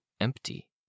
empty